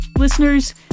Listeners